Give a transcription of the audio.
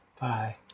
Bye